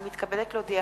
אני מתכבדת להודיעכם,